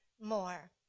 more